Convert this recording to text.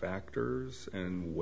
factors and